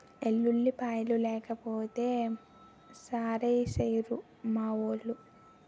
ఎల్లుల్లిపాయలు లేకపోతే సారేసెయ్యిరు మావోలు